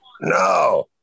No